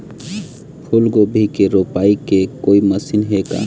फूलगोभी के रोपाई के कोई मशीन हे का?